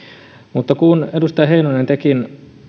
mutta edustaja heinonen kun tekin